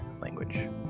language